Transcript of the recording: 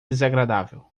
desagradável